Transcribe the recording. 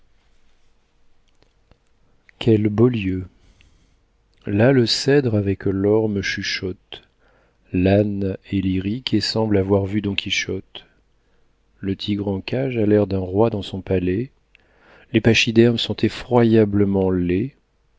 quel beau lieu là le cèdre avec l'orme chuchote l'âne est iyrique et semble avoir vu don quichotte le tigre en cage a l'air d'un roi dans son palais les pachydermes sont effroyablement laids